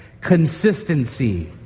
consistency